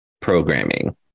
programming